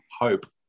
hope